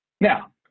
Now